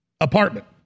apartment